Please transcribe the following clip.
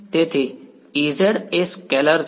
તેથી Ez એ scalar છે